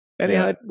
Anyhow